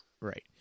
Right